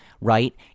right—